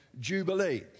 jubilee